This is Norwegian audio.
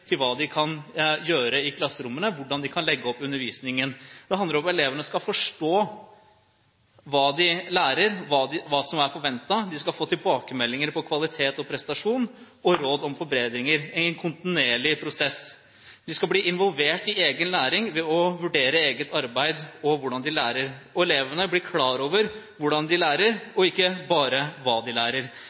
hva de kan gjøre i klasserommene, hvordan de kan legge opp undervisningen. Det handler om at elevene skal forstå hva de lærer, hva som er forventet. De skal få tilbakemeldinger om kvalitet og prestasjon og få råd om forbedring i en kontinuerlig prosess. De skal bli involvert i egen læring ved å vurdere eget arbeid og hvordan de lærer. Elevene blir klar over hvordan de lærer, og ikke bare hva de lærer.